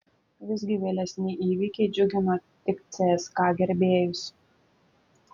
visgi vėlesni įvykiai džiugino tik cska gerbėjus